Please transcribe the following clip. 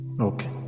Okay